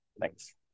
Thanks